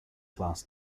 class